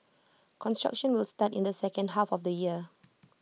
construction will start in the second half of this year